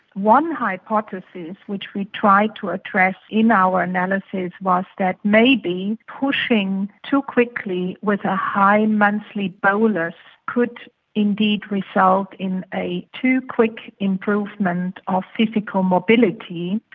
one hypothesis which we tried to address in our analysis was that maybe pushing too quickly with a high monthly bolus could indeed result in a too quick improvement of physical mobility,